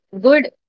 good